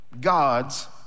God's